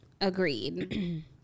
Agreed